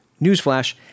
Newsflash